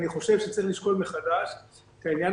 אני חושב שצריך לשקול מחדש את עניין